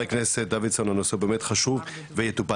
חבר הכנסת דוידסון, הנושא באמת חשוב ויטופל.